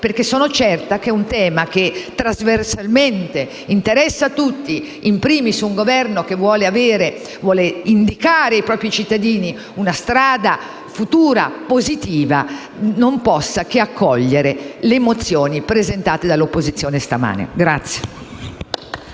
perché sono certa che, trattandosi di un tema che trasversalmente interessa tutti, *in primis* un Governo che vuole indicare ai propri cittadini una strada futura positiva, non possa che accogliere le mozioni presentate stamane dall'opposizione.